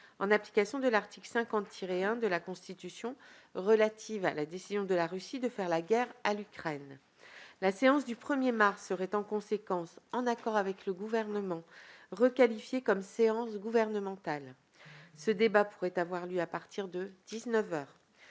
en application de l'article 50-1 de la Constitution, relative à la décision de la Russie de faire la guerre à l'Ukraine. La séance du 1 mars serait en conséquence, en accord avec le Gouvernement, requalifiée comme séance gouvernementale. Ce débat pourrait avoir lieu à partir de